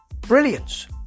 brilliance